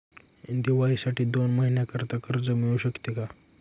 दिवाळीसाठी दोन महिन्याकरिता कर्ज मिळू शकते का?